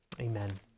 Amen